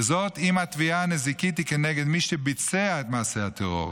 וזאת אם התביעה הנזיקית היא כנגד מי שביצע את מעשה הטרור,